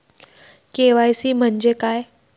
KYC म्हंजे काय?